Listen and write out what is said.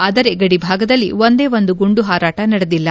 ಆದರೆ ಗಡಿ ಭಾಗದಲ್ಲಿ ಒಂದೇ ಒಂದು ಗುಂಡು ಹಾರಾಟ ನಡೆದಿಲ್ಲ